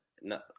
no